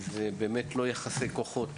זה באמת לא יחסי כוחות.